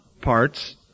parts